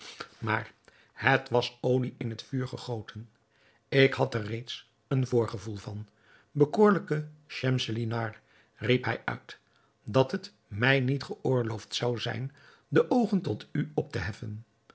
maar het was olie in het vuur gegoten ik had er reeds een voorgevoel van bekoorlijke schemselnihar riep hij uit dat het mij niet geoorloofd zou zijn de oogen tot u op te heffen